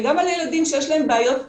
וגם על ילדים שיש להם בעיות בבית,